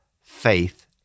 faith